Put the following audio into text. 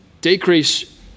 decrease